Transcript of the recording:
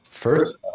First